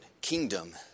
kingdom